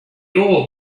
old